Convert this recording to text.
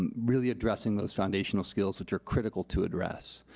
really addressing those foundational skills which are critical to address.